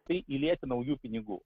tai įlieti naujų pinigų